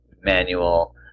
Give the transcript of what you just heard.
manual